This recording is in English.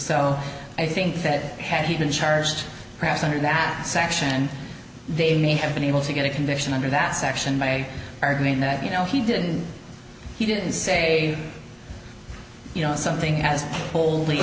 so i think that had he been charged perhaps under that section they may have been able to get a conviction under that section by arguing that you know he didn't he didn't say something as holy